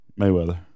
Mayweather